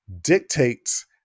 dictates